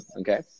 okay